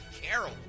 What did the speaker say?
Carol